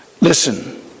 Listen